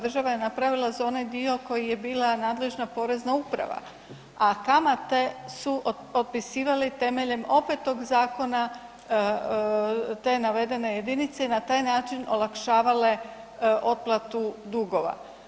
Država je napravila za onaj dio koji je bila nadležna Porezna uprava, a kamate su otpisivali temeljem opet tog zakona te navedene jedinice i na taj način olakšavale otplatu dugova.